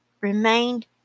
remained